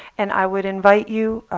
and i would invite you,